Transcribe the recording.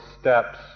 steps